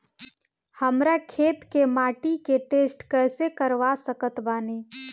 हमरा खेत के माटी के टेस्ट कैसे करवा सकत बानी?